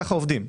כך עובדים.